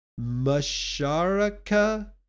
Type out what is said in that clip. Masharaka